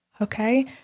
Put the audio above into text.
Okay